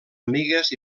amigues